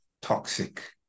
toxic